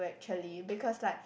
actually because like